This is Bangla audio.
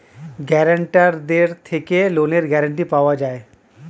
গ্যারান্টারদের থেকে লোনের গ্যারান্টি পাওয়া যায়